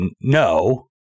no